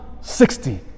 sixty